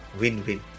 win-win